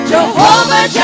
Jehovah